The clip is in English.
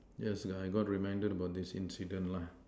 yes I got reminded about this incident lah